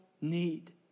need